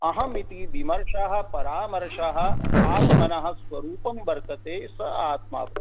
अहमिति विमर्शः परामर्शः आत्मनः स्वरूपं वर्तते स आत्मा वर्तते